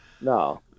no